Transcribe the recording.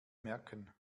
merken